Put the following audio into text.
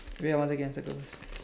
wait ah one second circle first